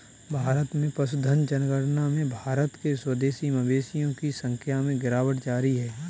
भारत में पशुधन जनगणना में भारत के स्वदेशी मवेशियों की संख्या में गिरावट जारी है